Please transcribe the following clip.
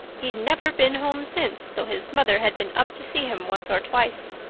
he's never been home since, though his mother has been up to see him once or twice.